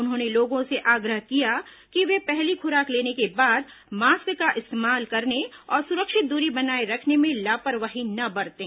उन्होंने लोगों से आग्रह किया कि वे पहली खुराक लेने के बाद मास्क का इस्तेमाल करने और सुरक्षित दूरी बनाये रखने में लापरवाही न बरतें